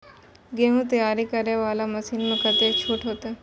गेहूं तैयारी करे वाला मशीन में कतेक छूट होते?